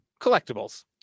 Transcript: Collectibles